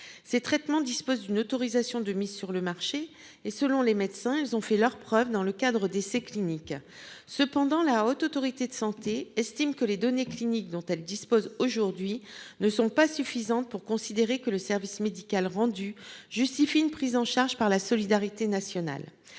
Ces traitements dispose d'une autorisation de mise sur le marché et selon les médecins, ils ont fait leurs preuves dans le cadre d'essais cliniques. Cependant, la Haute Autorité de Santé estime que les données cliniques dont elle dispose aujourd'hui ne sont pas suffisantes pour considérer que le service médical rendu justifie une prise en charge par la solidarité nationale